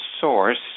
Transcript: source